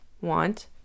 want